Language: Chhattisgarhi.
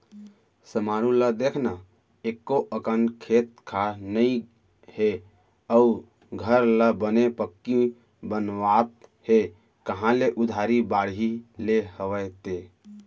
समारू ल देख न एको अकन खेत खार नइ हे अउ घर ल बने पक्की बनवावत हे कांहा ले उधारी बाड़ही ले हवय ते?